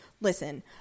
listen